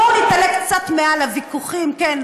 בואו נתעלה קצת מעל הוויכוחים כן,